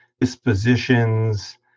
dispositions